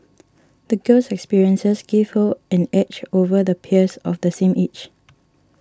the girl's experiences gave her an edge over the peers of the same age